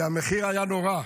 כי המחיר היה נורא,